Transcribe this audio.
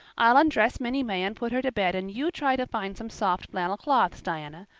i'll undress minnie may and put her to bed and you try to find some soft flannel cloths, diana.